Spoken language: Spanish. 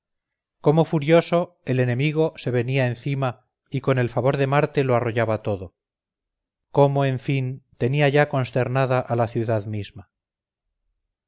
cómo furioso el enemigo se venía encima y con el favor de marte los arrollaba todo cómo en fin tenía ya consternada a la ciudad misma